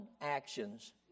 actions